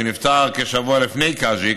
שנפטר כשבוע לפני קאז'יק.